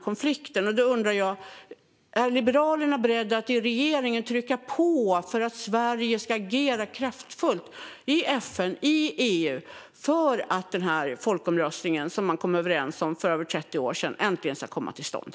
Jag undrar om Liberalerna är beredda att trycka på i regeringen för att Sverige ska agera kraftfullt i FN och i EU för att den folkomröstning som man kom överens om för över 30 år sedan äntligen ska komma till stånd.